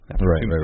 Right